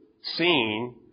seen